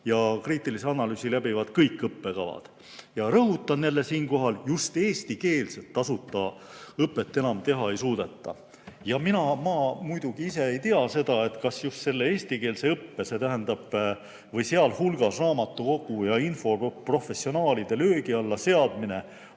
ja kriitilise analüüsi läbivad kõik õppekavad. Ma rõhutan siinkohal jälle: just eestikeelset tasuta õpet enam teha ei suudeta. Ma muidugi ise ei tea seda, kas just selle eestikeelse õppe, see tähendab või sealhulgas raamatukogu‑ ja infoprofessionaalide löögi alla seadmine